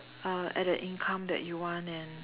uh at the income that you want and